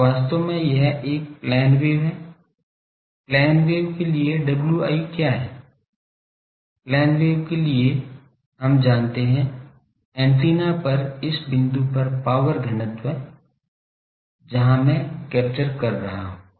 तो वास्तव में यह एक प्लेन वेव है प्लेन वेव के लिए Wi क्या हैं प्लेन वेव के लिए हम जानते हैं एंटीना पर इस बिंदु पर पॉवर घनत्व जहाँ मैं कैप्चर कर रहा हूँ